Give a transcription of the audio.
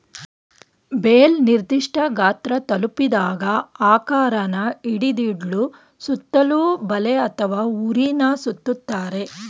bale ನಿರ್ದಿಷ್ಠ ಗಾತ್ರ ತಲುಪಿದಾಗ ಆಕಾರನ ಹಿಡಿದಿಡ್ಲು ಸುತ್ತಲೂ ಬಲೆ ಅಥವಾ ಹುರಿನ ಸುತ್ತುತ್ತಾರೆ